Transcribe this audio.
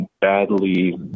badly